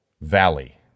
Valley